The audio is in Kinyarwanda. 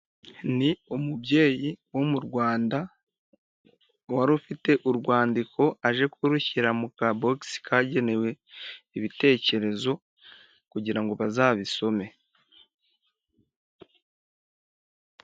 Ni umubyeyi wo mu Rwanda, wari ufite urwandiko aje kurushyira mu kabokisi kagenewe ibitekerezo kugira ngo bazabisome.